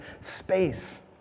space